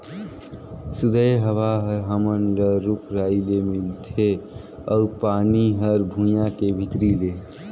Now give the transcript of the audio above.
सुदय हवा हर हमन ल रूख राई के मिलथे अउ पानी हर भुइयां के भीतरी ले